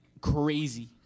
crazy